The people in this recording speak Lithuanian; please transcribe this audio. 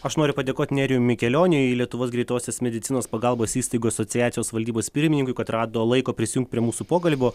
aš noriu padėkot nerijui mikelioniui lietuvos greitosios medicinos pagalbos įstaigų asociacijos valdybos pirmininkui kad rado laiko prisijungt prie mūsų pokalbio